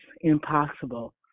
impossible